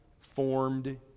formed